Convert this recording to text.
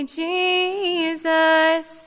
jesus